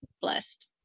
blessed